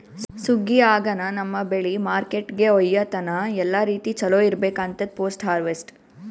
ಸುಗ್ಗಿ ಆಗನ ನಮ್ಮ್ ಬೆಳಿ ಮಾರ್ಕೆಟ್ಕ ಒಯ್ಯತನ ಎಲ್ಲಾ ರೀತಿ ಚೊಲೋ ಇರ್ಬೇಕು ಅಂತದ್ ಪೋಸ್ಟ್ ಹಾರ್ವೆಸ್ಟ್